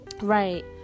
Right